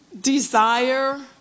desire